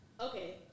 Okay